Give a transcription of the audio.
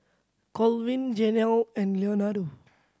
Colvin Jenelle and Leonardo